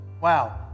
Wow